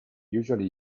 usually